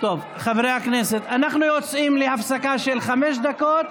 חברי הכנסת, אנחנו יוצאים להפסקה של חמש דקות,